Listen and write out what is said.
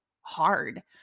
hard